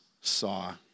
saw